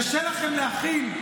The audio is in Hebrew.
קשה לכם להכיל.